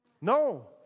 No